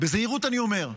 בזהירות אני אומר,